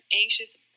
anxious